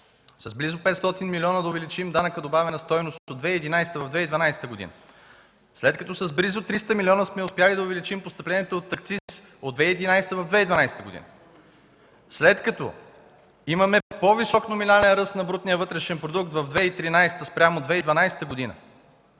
с близо 500 милиона да увеличим данъка добавена стойност от 2011 в 2012 г., след като с близо 300 милиона сме успели да увеличим постъпленията от акциз от 2011 в 2012 г., след като имаме по-висок номинален ръст на брутния вътрешен продукт в 2013 спрямо 2012 г.